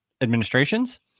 administrations